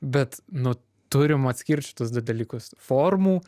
bet nu turim atskirt šitus du dalykus formų